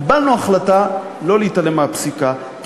קיבלנו החלטה שלא להתעלם מהפסיקה.